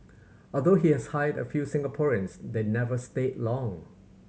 although he has hired a few Singaporeans they never stay long